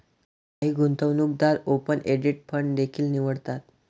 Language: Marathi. काही गुंतवणूकदार ओपन एंडेड फंड देखील निवडतात